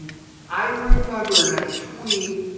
i remember and i tweet,